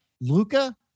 Luca